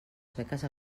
sueques